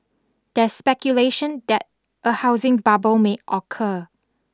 there's speculation that a housing bubble may occur